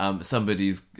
Somebody's